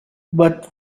but